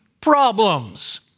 problems